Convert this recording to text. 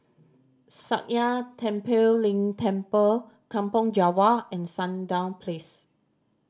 Sakya Tenphel Ling Temple Kampong Java and Sandown Place